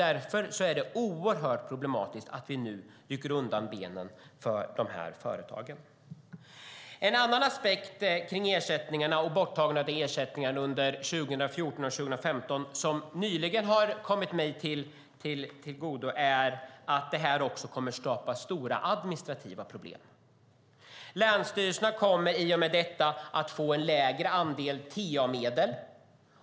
Därför är det oerhört problematiskt att vi nu slår undan benen för de här företagen. En aspekt av frågan om ersättningar och borttagande av ersättningar under 2014 och 2015 som nyligen har kommit mig till del är att det också kommer att skapa stora administrativa problem. Länsstyrelserna kommer i och med detta att få en lägre andel TA-medel.